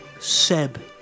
Seb